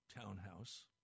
townhouse